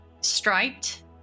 striped